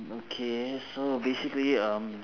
okay so basically um